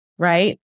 Right